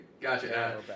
Gotcha